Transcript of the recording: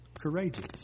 courageous